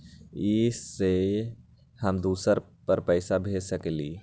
इ सेऐ हम दुसर पर पैसा भेज सकील?